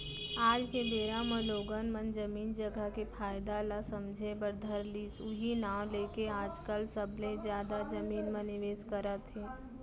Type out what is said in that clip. आज के बेरा म लोगन मन जमीन जघा के फायदा ल समझे बर धर लिस उहीं नांव लेके आजकल सबले जादा जमीन म निवेस करत हे